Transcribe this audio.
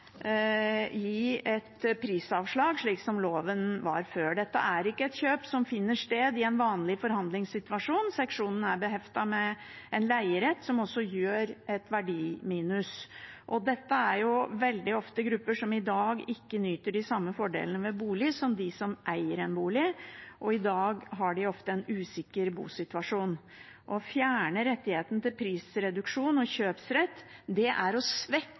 gi et prisavslag, slik loven var før. Dette er ikke et kjøp som finner sted i en vanlig forhandlingssituasjon. Seksjonen er beheftet med en leierett som også utgjør et verdiminus. Dette er veldig ofte grupper som i dag ikke nyter de samme fordelene som dem som eier en bolig, og som i dag ofte har en usikker bosituasjon. Å fjerne rettigheten til prisreduksjon og kjøpsrett er å svekke